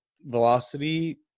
velocity